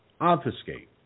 obfuscate